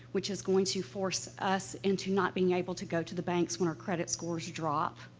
which is going to force us into not being able to go to the banks when our credit scores drop.